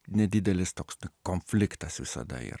nedidelis toks konfliktas visada yra